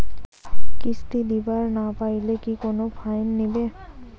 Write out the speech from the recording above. কিস্তি দিবার না পাইলে কি কোনো ফাইন নিবে?